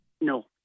No